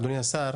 אדוני השר,